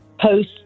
post